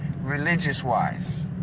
religious-wise